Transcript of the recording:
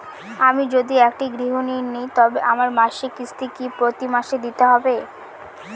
আমি যদি একটি গৃহঋণ নিই তবে আমার মাসিক কিস্তি কি প্রতি মাসে দিতে হবে?